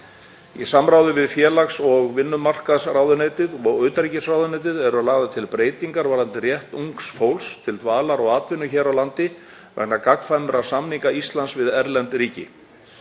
Í samráði við félags- og vinnumarkaðsráðuneytið og utanríkisráðuneytið eru lagðar til breytingar varðandi rétt ungs fólks til dvalar og atvinnu hér á landi vegna gagnkvæmra samninga Íslands við erlend ríki.